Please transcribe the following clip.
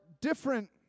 different